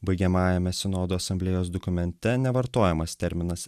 baigiamajame sinodo asamblėjos dokumente nevartojamas terminas